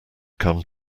come